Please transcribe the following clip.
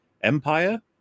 Empire